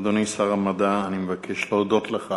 אדוני שר המדע, אני מבקש להודות לך